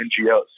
NGOs